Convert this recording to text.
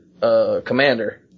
commander